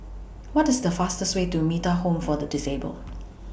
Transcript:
What IS The fastest Way to Metta Home For The Disabled